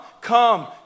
come